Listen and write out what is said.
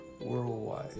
worldwide